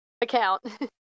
account